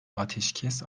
ateşkes